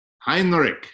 Heinrich